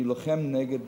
אני לוחם נגד